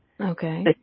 Okay